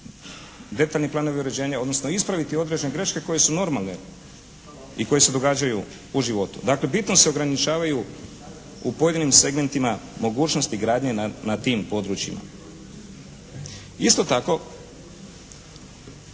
detaljni planovi uređenja odnosno ispraviti određene greške koje su normalne i koje se događaju u životu. Dakle, bitno se ograničavaju u pojedinim segmentima mogućnosti gradnje na tim područjima. Isto tako,